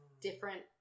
different